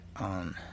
on